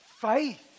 faith